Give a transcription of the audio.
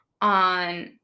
on